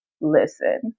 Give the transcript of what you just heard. listen